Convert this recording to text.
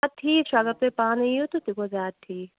اَدٕ ٹھیٖک چھُ اگر تُہۍ پانہٕ یِیِو تہٕ سُہ گوٚو زیادٕ ٹھیٖک